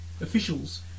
Officials